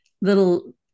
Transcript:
little